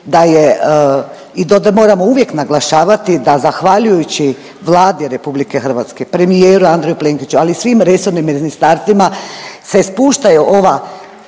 i to moramo uvijek naglašavati da zahvaljujući Vladi RH, premijeru Andreju Plenkoviću ali i svim resornim ministarstvima se spuštaju ova